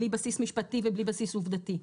בלי בסיס משפטי ובלי בסיס עובדתי,